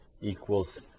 Equals